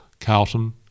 Carlton